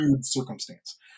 circumstance